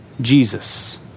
Jesus